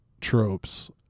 tropes